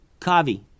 Kavi